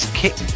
kick